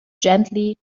gently